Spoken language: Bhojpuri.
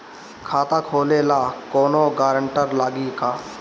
खाता खोले ला कौनो ग्रांटर लागी का?